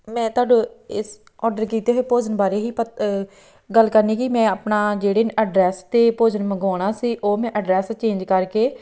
ਮੈਂ ਤੁਹਾਨੂੰ ਇਸ ਔਡਰ ਕੀਤੇ ਹੋਏ ਭੋਜਨ ਬਾਰੇ ਹੀ ਪਤ ਹੀ ਗੱਲ ਕਰਨੀ ਸੀ ਮੈਂ ਆਪਣਾ ਜਿਹੜੇ ਐਡਰੈੱਸ 'ਤੇ ਭੋਜਨ ਮੰਗਵਾਉਣਾ ਸੀ ਉਹ ਮੈਂ ਐਡਰੈੱਸ ਚੇਂਜ ਕਰਕੇ